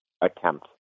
attempt